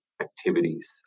activities